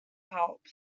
help